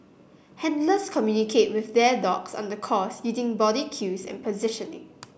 handlers communicate with their dogs on the course using body cues and positioning